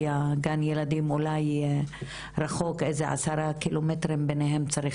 כי גן הילדים רחוק אולי עשרה קילומטרים וביניהם צריך